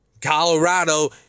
Colorado